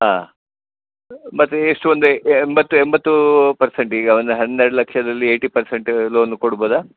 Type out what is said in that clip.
ಹಾಂ ಮತ್ತು ಎಷ್ಟು ಒಂದು ಎಂಬತ್ತು ಎಂಬತ್ತೂ ಪರ್ಸೆಂಟ್ ಈಗ ಒಂದು ಹನ್ನೆರಡು ಲಕ್ಷದಲ್ಲಿ ಏಯ್ಟಿ ಪರ್ಸೆಂಟ್ ಲೋನ್ ಕೊಡ್ಬೌದ